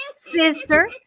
Sister